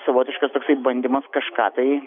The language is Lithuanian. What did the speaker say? savotiškas toksai bandymas kažką tai